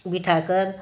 बिठा कर